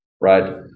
right